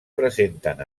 presenten